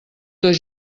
dos